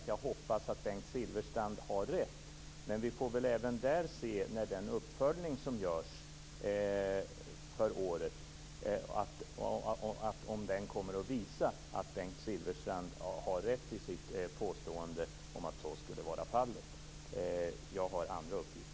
Jag hoppas att Bengt Silfverstrand har rätt, men vi får väl även där se om den uppföljning som görs för året kommer att visa att Bengt Silfverstrand har rätt i sitt påstående om att så skulle vara fallet. Jag har andra uppgifter.